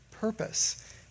purpose